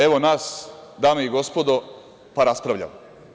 Evo nas, dame i gospodo, pa raspravljamo.